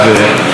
בבקשה.